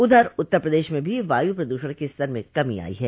उधर उत्तर प्रदेश में भी वायु प्रदूषण के स्तर में कमी आई है